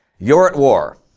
you're at war.